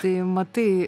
tai matai